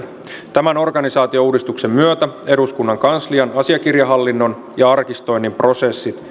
tämän organisaatiouudistuksen myötä eduskunnan kanslian asiakirjahallinnon ja arkistoinnin prosessit